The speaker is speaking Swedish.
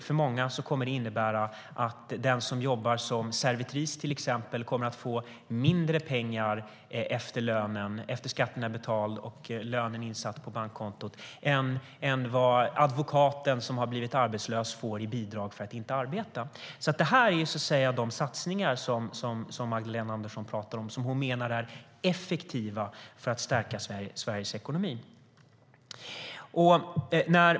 Det kommer att innebära att den som jobbar till exempel som servitris kommer att få mindre pengar efter att skatten är betald och lönen insatt på bankkontot än vad advokaten som har blivit arbetslös får i bidrag för att inte arbeta. Detta är de satsningar som Magdalena Andersson menar är "effektiva" för att stärka Sveriges ekonomi.